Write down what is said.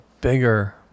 bigger